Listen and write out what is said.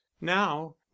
now